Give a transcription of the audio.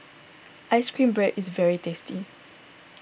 Ice Cream Bread is very tasty